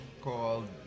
called